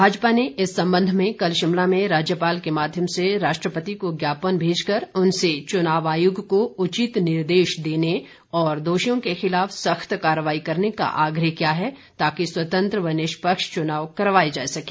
भाजपा ने इस संबंध में कल शिमला में राज्यपाल के माध्यम से राष्ट्रपति को ज्ञापन भेजकर उनसे चुनाव आयोग को उचित निर्देश देने और दोषियों के खिलाफ सख्त कार्रवाई करने का आग्रह किया है ताकि स्वतंत्र व निष्पक्ष चुनाव करवाए जा सकें